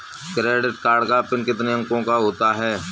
Credit card का PIN कितने अंकों का होता है?